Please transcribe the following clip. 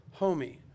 homie